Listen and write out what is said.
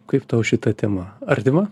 kaip tau šita tema artima